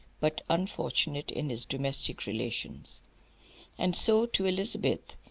but unfortunate in his domestic relations and so to elizabeth,